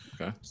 okay